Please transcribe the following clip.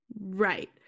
Right